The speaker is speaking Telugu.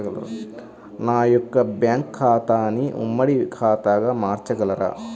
నా యొక్క బ్యాంకు ఖాతాని ఉమ్మడి ఖాతాగా మార్చగలరా?